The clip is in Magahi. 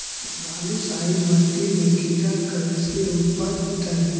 बालुसाहि मट्टी में खिरा कैसे उपजतै?